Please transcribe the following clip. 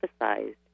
emphasized